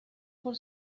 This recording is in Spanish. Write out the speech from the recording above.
por